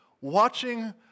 watching